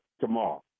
tomorrow